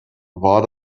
war